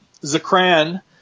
Zakran